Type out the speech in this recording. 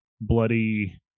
bloody